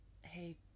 hey